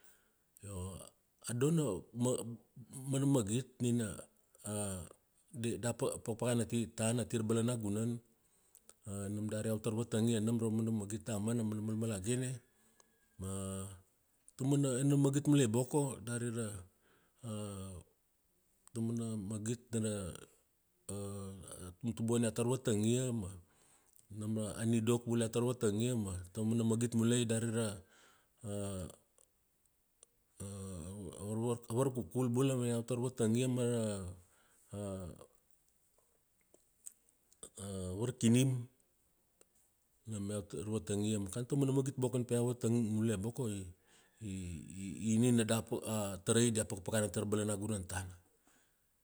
Io, a do na mana magit nina di, da pakapakana ti tana ati ra balanagunan. Nam dari iau tar vatang ia nam ra mana magit damana. A mana malmalagene, ma tauamana enena magit mulai boko dari ra taumana magit dar ra, a tumtubuan iau tar vatang ia, ma nam ra a nidok bula iau tar vatang ia ma taumana magit mulai dari ra, a varkukul bula ni ia tar vatang ia, ma varkinim nam iau tar vatang ia, ma kan taumana magit boko nin pa iau vatang mule boko nina a tarai dia pakpakana tara balanagunan tana.